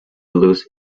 lose